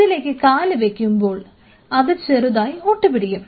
ഇതിലേക്ക് കാലു വെക്കുമ്പോൾ അത് ചെറുതായി ഒട്ടിപിടിക്കും